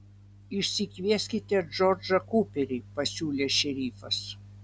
išsikvieskite džordžą kuperį pasiūlė šerifas